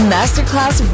Masterclass